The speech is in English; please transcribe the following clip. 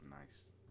Nice